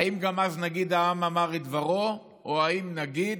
האם גם אז נגיד "עם אמר את דברו", או האם נגיד: